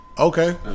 okay